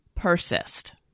persist